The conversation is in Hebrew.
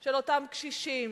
של אותם קשישים